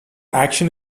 action